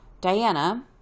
Diana